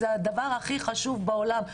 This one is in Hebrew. זה הדבר הכי חשוב בעולם.